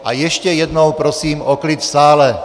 A ještě jednou prosím o klid v sále!